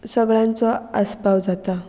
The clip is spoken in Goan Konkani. सगळ्यांचो आसपाव जाता